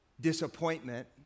Disappointment